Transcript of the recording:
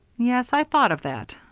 yes, i thought of that.